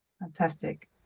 fantastic